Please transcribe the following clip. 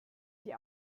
die